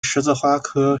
十字花科